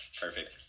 Perfect